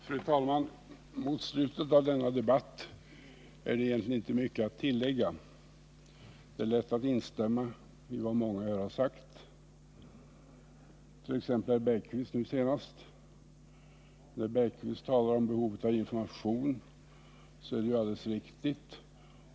Fru talman! Mot slutet av denna debatt är det egentligen inte mycket att tillägga. Det är lätt att instämma i vad många här har sagt, t.ex. herr Bergqvist nu senast. Det herr Bergqvist säger om behovet av information är alldeles riktigt.